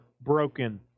broken